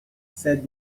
said